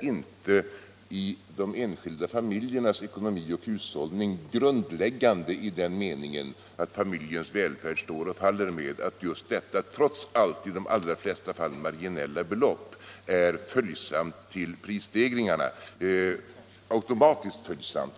inte i de enskilda familjernas ekonomi och hushållning är grundläggande i den meningen att familjens välfärd står och faller med att just detta trots allt ganska marginella belopp är automatiskt följsamt till prisstegringarna.